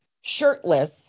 shirtless